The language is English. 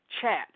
chat